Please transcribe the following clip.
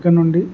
ఇక్కడనుండి